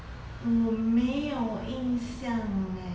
hmm 没有印象诶